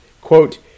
Quote